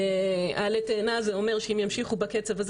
העלה תאנה הזה אומר שאם ימשיכו בקצב הזה